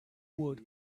would